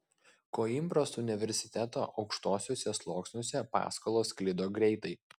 koimbros universiteto aukštuosiuose sluoksniuose paskalos sklido greitai